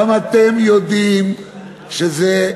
גם אתם יודעים שזה,